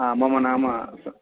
मम नाम